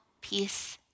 peace